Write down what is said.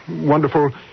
Wonderful